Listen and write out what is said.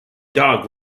dog